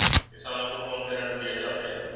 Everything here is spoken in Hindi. किसानों को कौन से ऋण दिए जाते हैं?